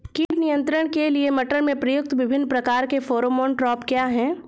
कीट नियंत्रण के लिए मटर में प्रयुक्त विभिन्न प्रकार के फेरोमोन ट्रैप क्या है?